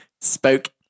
spoke